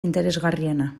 interesgarriena